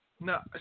No